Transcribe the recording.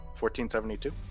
1472